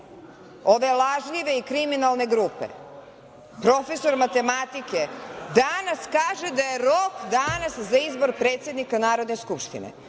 ove lažljive i kriminalne grupe? Profesor matematike danas kaže da je rok danas za izbor predsednika Narodne skupštine. Ja